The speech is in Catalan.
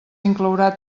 inclourà